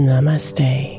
Namaste